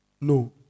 No